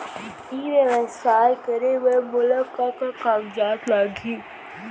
ई व्यवसाय करे बर मोला का का कागजात लागही?